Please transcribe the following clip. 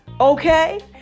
okay